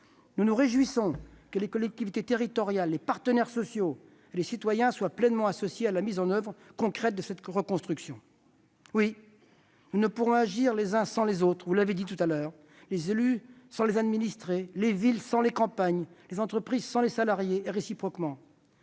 Nous nous réjouissons que les collectivités territoriales, les partenaires sociaux et les citoyens soient pleinement associés à la mise en oeuvre concrète de cette reconstruction. Oui, nous ne pourrons agir les uns sans les autres, vous l'avez dit : les élus sans les administrés, les villes sans les campagnes, les entreprises sans les salariés et réciproquement.